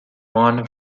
món